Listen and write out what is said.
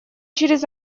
через